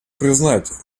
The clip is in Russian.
признать